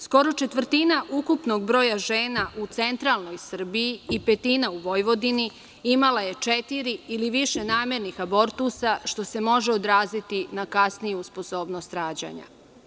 Skoro četvrtina ukupnog broja žena u centralnoj Srbiji i petina u Vojvodini imala je četiri ili više namernih abortusa, što se može odraziti na kasniju sposobnost rađanja.